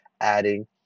adding